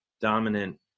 dominant